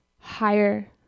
higher